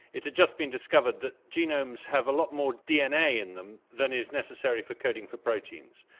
it had just been discovered that genomes have a lot more dna in them than is necessary for coding for proteins.